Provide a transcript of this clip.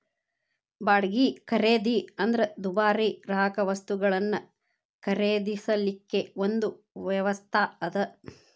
ಬಾಡ್ಗಿ ಖರೇದಿ ಅಂದ್ರ ದುಬಾರಿ ಗ್ರಾಹಕವಸ್ತುಗಳನ್ನ ಖರೇದಿಸಲಿಕ್ಕೆ ಒಂದು ವ್ಯವಸ್ಥಾ ಅದ